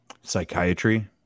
Psychiatry